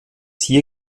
hier